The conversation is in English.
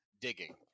digging